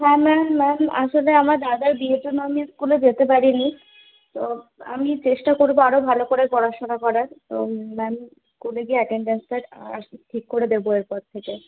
হ্যাঁ ma'am ma'am আসলে আমার দাদার বিয়ের জন্য আমি স্কুলে যেতে পারিনি তো আমি চেষ্টা করব আরো ভালো করে পড়াশোনা করার তো ম্যাম স্কুলে গিয়ে অ্যাটেনডেন্সের হার ঠিক করে দেব এর পর থেকে